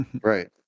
Right